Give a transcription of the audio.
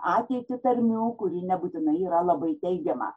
ateitį tarmių kuri nebūtinai yra labai teigiamą